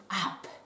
up